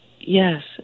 Yes